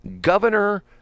governor